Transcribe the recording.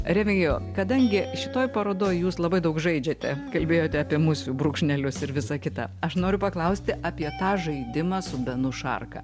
remigijau kadangi šitoj parodoj jūs labai daug žaidžiate kalbėjote apie musių brūkšnelius ir visa kita aš noriu paklausti apie tą žaidimą su benu šarka